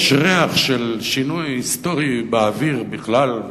יש ריח של שינוי היסטורי באוויר בכלל,